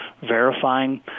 verifying